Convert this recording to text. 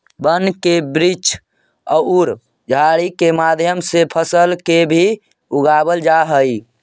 वन के वृक्ष औउर झाड़ि के मध्य से फसल के भी उगवल जा हई